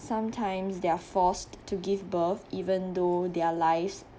sometimes they are forced to give birth even though their lives